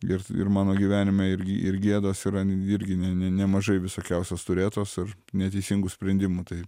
ir ir mano gyvenime irgi ir gėdos yra irgi ne ne nemažai visokiausios turėtos ar neteisingų sprendimų tai